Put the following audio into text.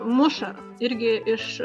muša irgi iš